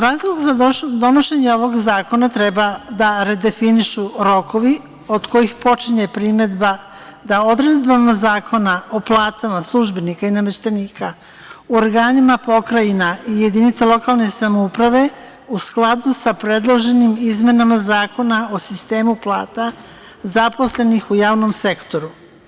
Razlog za donošenje ovog zakona treba da redefinišu rokovi od kojih počinje primedba da odredbama Zakona o platama službenika i nameštenika u organima pokrajina i jedinica lokalne samouprave, u skladu sa predloženim izmenama Zakona o sistemu plata zaposlenih u javnom sektoru.